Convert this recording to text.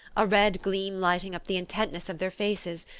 a red gleam lighting up the intentness of their faces,